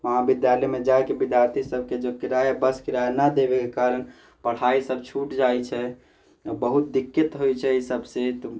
महाविद्यालयमे जाइके विद्यार्थी सबके जे किराआ बस किराआ नहि देबेके कारण पढ़ाइ सब छूट जाइत छै आ बहुत दिक्कत होइत छै एहिसब से